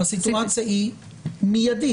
הסיטואציה היא מיידית.